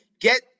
Get